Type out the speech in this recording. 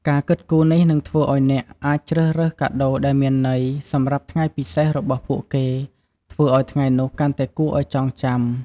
ការគិតគូរនេះនឹងធ្វើឱ្យអ្នកអាចជ្រើសរើសកាដូដែលមានន័យ សម្រាប់ថ្ងៃដ៏ពិសេសរបស់ពួកគេ ធ្វើឲ្យថ្ងៃនោះកាន់តែគួរឱ្យចងចាំ។